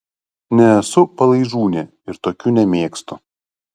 nesu palaižūnė ir tokių nemėgstu